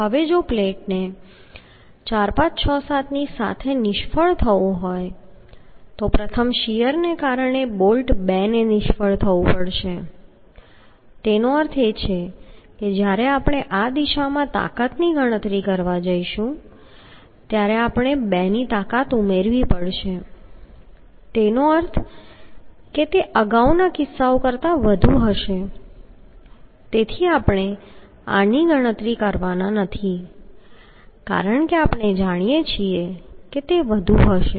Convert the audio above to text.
હવે જો પ્લેટને 4 5 6 7 ની સાથે નિષ્ફળ થવું હોય તો પ્રથમ શીયરને કારણે બોલ્ટ 2 ને નિષ્ફળ થવું પડશે તેનો અર્થ એ છે કે જ્યારે આપણે આ દિશામાં તાકાતની ગણતરી કરવા જઈશું ત્યારે આપણે 2 ની તાકાત ઉમેરવી પડશે તેનો અર્થ એ કે તે અગાઉના કિસ્સાઓ કરતાં વધુ હશે તેથી આપણે આની ગણતરી કરવાના નથી કારણ કે આપણે જાણીએ છીએ કે તે થશે